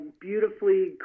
beautifully